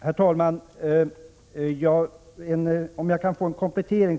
Herr talman! Om jag kan få göra en komplettering .